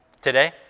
Today